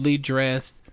dressed